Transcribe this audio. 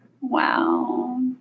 Wow